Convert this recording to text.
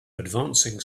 advancing